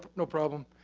no problem.